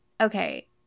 Okay